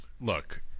Look